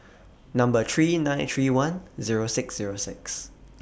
Number three nine three one Zero six Zero six